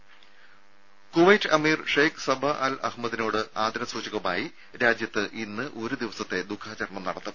ദരദ കുവൈറ്റ് അമീർ Sheikh Sabah Al അഹമ്മദിനോട് ആദര സൂചകമായി രാജ്യത്ത് ഇന്ന് ഒരു ദിവസത്തെ ദുഃഖാചരണം നടത്തും